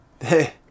Hey